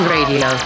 Radio